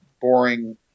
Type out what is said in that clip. boring